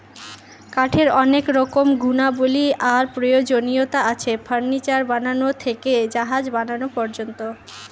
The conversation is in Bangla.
কাঠের অনেক রকমের গুণাবলী আর প্রয়োজনীয়তা আছে, ফার্নিচার বানানো থেকে জাহাজ বানানো পর্যন্ত